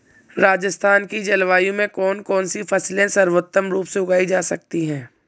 राजस्थान की जलवायु में कौन कौनसी फसलें सर्वोत्तम रूप से उगाई जा सकती हैं?